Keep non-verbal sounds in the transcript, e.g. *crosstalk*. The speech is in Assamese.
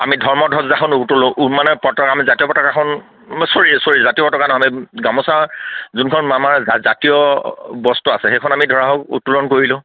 আমি ধৰ্ম ধজ্জাখন *unintelligible* মানে পতাকা আমি জাতীয় পতাকাখন চৰি চৰি জাতীয় পতাকাখন নহ'লে আমি গামোচা যোনখন আমাৰ জাতীয় বস্ত্ৰ আছে সেইখন আমি ধৰা হওক উত্তোলন কৰিলোঁ